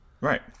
Right